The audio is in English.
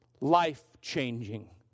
Life-changing